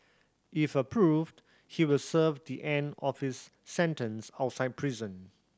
if approved he will serve the end of his sentence outside prison